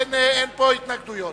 אין פה התנגדויות.